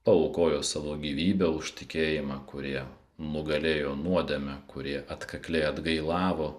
paaukojo savo gyvybę už tikėjimą kurie nugalėjo nuodėmę kurie atkakliai atgailavo